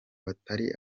batari